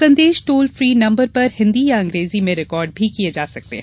संदेश toll free number पर हिन्दी या अंग्रेजी में रिकॉर्ड कर सकते हैं